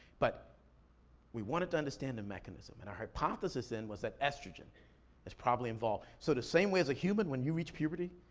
but we wanted to understand the mechanism. and our hypothesis then was that estrogen was probably involved. so the same way as a human, when you reach puberty,